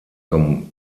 zum